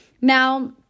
now